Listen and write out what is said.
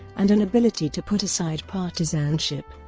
and an ability to put aside partisanship.